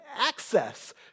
access